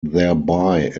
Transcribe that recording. thereby